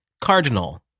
cardinal